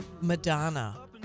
Madonna